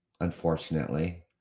unfortunately